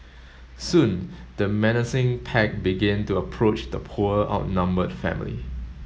soon the menacing pack began to approach the poor outnumbered family